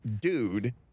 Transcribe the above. dude